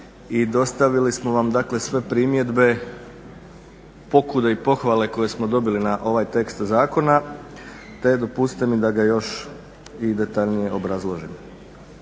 i dostavili smo vam dakle sve primjedbe, pokude i pohvale koje smo dobili na ovaj tekst zakona te dopustite mi da ga još i detaljnije obrazložim.